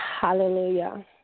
Hallelujah